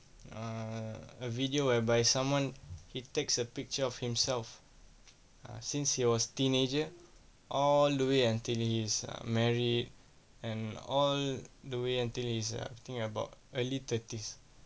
err a video whereby someone he takes a picture of himself uh since he was teenager all the way until he's married and all the way until he is err I think about early thirties